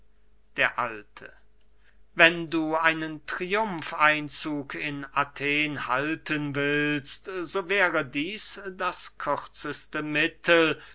der alte wenn du einen triumfeinzug in athen halten willst so wäre dieß das kürzeste mittel